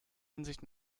ansicht